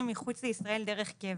מחוץ לישראל דרך קבע,